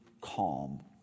calm